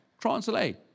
Translate